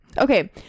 Okay